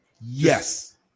Yes